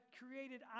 created